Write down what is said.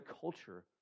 culture